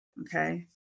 okay